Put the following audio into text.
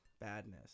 badness